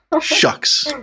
Shucks